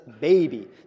baby